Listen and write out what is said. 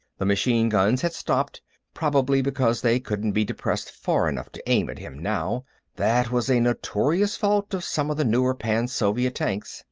the machine guns had stopped probably because they couldn't be depressed far enough to aim at him, now that was a notorious fault of some of the newer pan-soviet tanks.